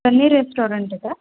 Sameer restaurant आहे का